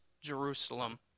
Jerusalem